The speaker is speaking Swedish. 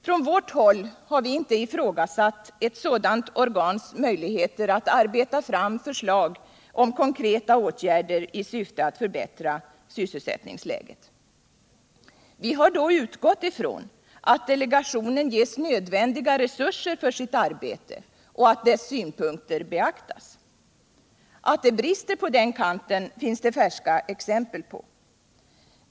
Från vårt håll har vi inte ifrågasatt ett sådant organs möjligheter att arbeta fram förslag om konkreta åtgärder i syfte att förbättra sysselsättningsläget. Vi har då utgått ifrån att delegationen ges nödvändiga resurser för sitt arbete och att dess synpunkter beaktas. Att det brister på den kanten finns det färska exempel på.